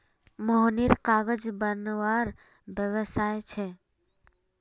मोहनेर कागज बनवार व्यवसाय छे